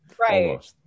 Right